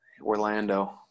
Orlando